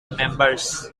members